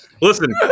Listen